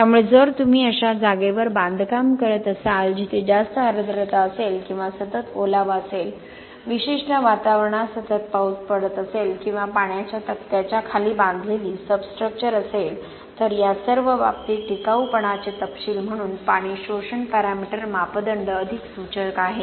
त्यामुळे जर तुम्ही अशा जागेवर बांधकाम करत असाल जिथे जास्त आर्द्रता असेल किंवा सतत ओलावा असेल विशिष्ट वातावरणात सतत पाऊस पडत असेल किंवा पाण्याच्या तक्त्याच्या खाली बांधलेली सबस्ट्रक्चर असेल तर या सर्व बाबतीत टिकाऊपणाचे तपशील म्हणून पाणी शोषण पॅरामीटर मापदंड अधिक सूचक आहे